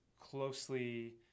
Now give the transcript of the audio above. closely